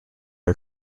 are